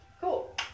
Cool